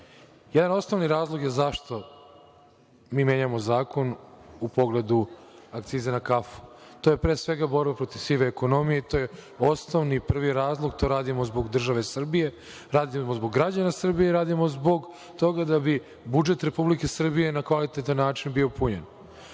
Jedan je osnovni razlog zašto mi menjamo zakon u pogledu akcize na kafu. To je pre svega borba protiv sive ekonomije, to je osnovni i prvi razlog, to radimo zbog države Srbije, radimo zbog građana Srbije, radimo zbog toga da bi budžet Republike Srbije na kvalitetan način bio